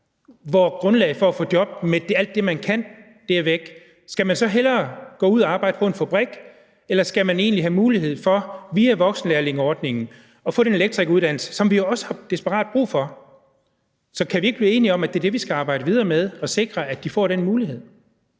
hvor grundlaget for at få job med alt det, man kan, er væk, skal man så hellere gå ud og arbejde på en fabrik? Eller skal man i stedet have mulighed for via voksenlærlingeordningen at få den elektrikeruddannelse, altså noget, som vi jo også har desperat brug for? Så kan vi ikke blive enige om, at det er det, vi skal arbejde videre med, og sikre, at de får den mulighed?